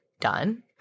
done